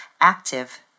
active